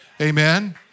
Amen